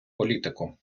політику